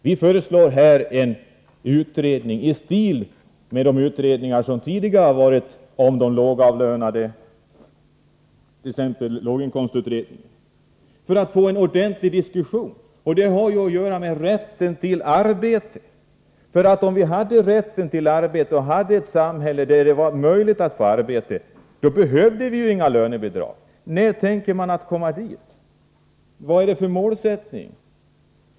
Vi föreslår här en utredning i stil med de utredningar som tidigare har gjorts om de lågavlönade, t.ex. låginkomstutredningen, för att få till stånd en ordentlig diskussion. Utslagningen har med rätten till arbete att göra. Om vi hade ett samhälle där det var möjligt att få arbete, behövde vi ju inga lönebidrag. När tänker socialdemokraterna komma dit? Vad har ni för målsättning?